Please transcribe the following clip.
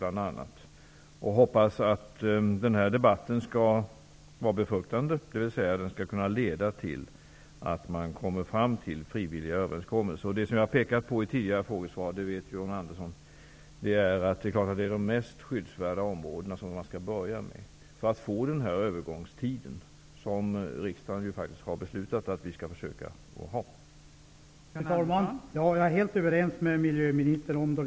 Jag hoppas att den här debatten skall vara befruktande, dvs. att den skall kunna leda till att man kommer fram till frivilliga överenskommelser. Det jag har pekat på i tidigare frågesvar är, som John Andersson vet, att man naturligtvis skall börja med de mest skyddsvärda områdena för att få den övergångstid som riksdagen faktiskt har beslutat att vi skall försöka få till stånd.